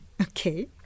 Okay